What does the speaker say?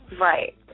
right